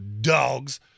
dogs